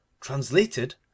translated